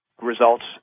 results